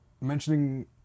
mentioning